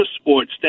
sports